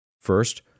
First